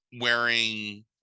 wearing